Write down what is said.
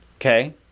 Okay